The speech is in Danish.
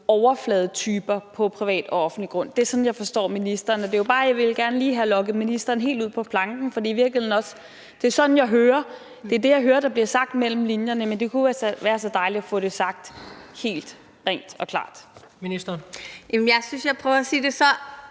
overfladetyper på privat og offentlig grund. Det er sådan, jeg forstår ministeren. Jeg ville bare gerne lige have lokket ministeren helt ud på planken, for det er i virkeligheden også sådan, jeg hører det. Det er det, jeg hører der bliver sagt mellem linjerne. Men det kunne være så dejligt at høre det sagt helt rent og klart. Kl. 16:12 Tredje næstformand (Jens